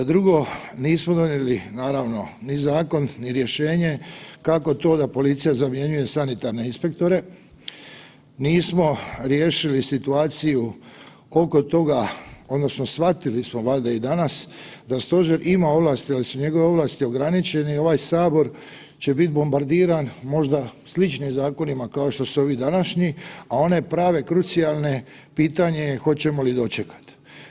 Drugo, nismo donijeli naravno ni rješenje kako to da policija zamjenjuje sanitarne inspektore, nismo riješili situaciju koliko je toga odnosno shvatili smo valjda i danas da Stožer ima ovlasti, ali su njegove ovlasti ograničene i ovaj Sabor će biti bombardiran možda sličnim zakonima kao što ovi današnji, a one prave krucijalne pitanje je hoćemo li dočekati.